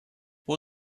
pull